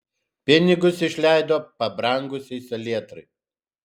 pinigus išleido pabrangusiai salietrai